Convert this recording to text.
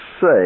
say